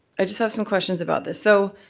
i just have some questions about this so.